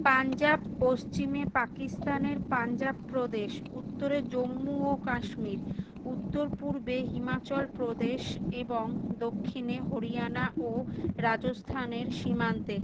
পাঞ্জাব পশ্চিমে পাকিস্তানের পাঞ্জাব প্রদেশ উত্তরে জম্মু ও কাশ্মীর উত্তর পূর্বে হিমাচল প্রদেশ এবং দক্ষিণে হরিয়ানা ও রাজস্থানের সীমান্তে